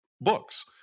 books